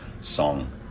song